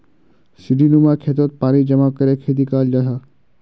सीढ़ीनुमा खेतोत पानी जमा करे खेती कराल जाहा